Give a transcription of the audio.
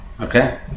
Okay